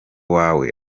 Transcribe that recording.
wawe